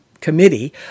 Committee